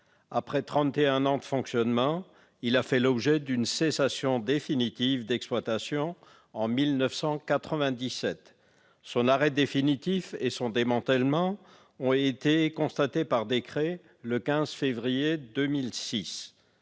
et un ans de fonctionnement, ce dernier a fait l'objet d'une cessation définitive d'exploitation en 1997. Son arrêt définitif et son démantèlement ont été constatés par décret, le 15 février 2006.